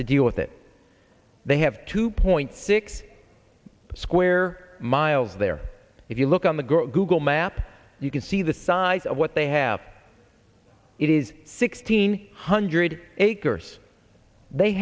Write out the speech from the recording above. to deal with it they have two point six square miles there if you look on the girl google map you can see the size of what they have it is sixteen hundred acres they